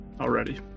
already